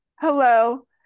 hello